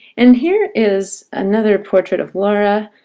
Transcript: and here is another portrait of laura,